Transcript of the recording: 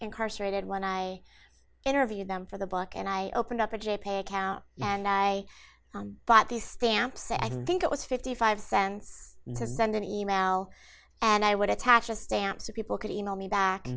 incarcerated when i interviewed them for the book and i opened up a jay pay account and i bought these stamps and i think it was fifty five cents to send an e mail and i would attach a stamp so people could e mail me back